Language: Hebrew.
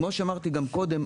כמו שאמרתי גם קודם,